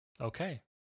Okay